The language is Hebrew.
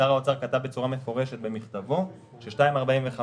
שר האוצר כתב בצורה מפורשת במכתבו, ש-2.45%